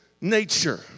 nature